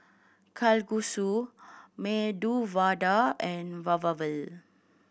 Kalguksu Medu Vada and